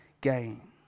gain